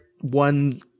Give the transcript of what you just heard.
one